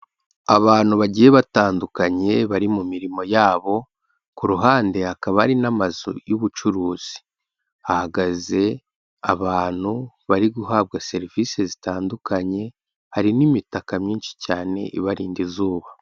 Abantu bagiye batandukanye bari mu mirimo yabo, ku ruhande hakaba ari n'amazu y'ubucuruzi. Hahagaze abantu bari guhabwa serivise zitandukanye, hari n'imitaka myinshi cyane ibarinda izuba.